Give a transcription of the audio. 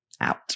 Out